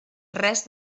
res